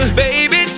baby